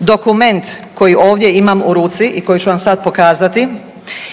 Dokument koji ovdje imam u ruci i koji ću vam sad pokazati,